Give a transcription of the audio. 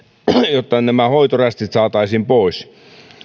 jotta nämä hoitorästit saataisiin pois